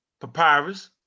Papyrus